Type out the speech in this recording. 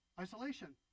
isolation